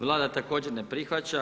Vlada također ne prihvaća.